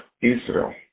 Israel